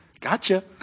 Gotcha